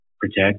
protect